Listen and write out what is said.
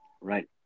right